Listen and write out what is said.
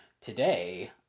today